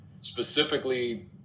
specifically